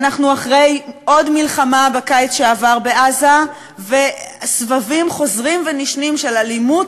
אנחנו אחרי עוד מלחמה בקיץ שעבר בעזה וסבבים חוזרים ונשנים של אלימות,